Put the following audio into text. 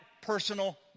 personal